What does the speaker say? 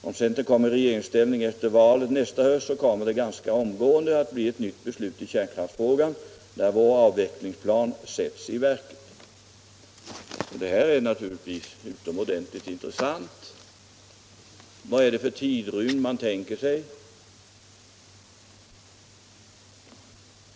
Om centern kommer i regeringsställning efter valet nästa höst kommer det ganska omgående att bli ett nytt beslut i kärnkraftsfrågan när vår avvecklingsplan sätts i verket. Det här är naturligtvis utomordentligt intressant. Vad är det för tidrymd man tänker sig?